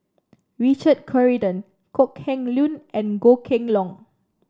Richard Corridon Kok Heng Leun and Goh Kheng Long